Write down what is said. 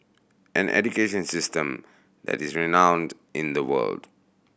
an education system that is renowned in the world